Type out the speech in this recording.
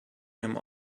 him